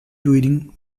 during